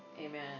Amen